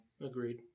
Agreed